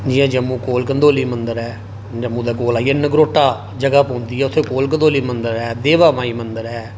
जि'यां जम्मू कोल कंढोली मंदर ऐ जम्मू दे कोल आइयै नगरोटा जगह पौंदी एह् उत्थै कोल कंढोली मंदर ऐ देवा माई मंदर एह्